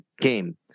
game